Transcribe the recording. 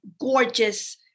gorgeous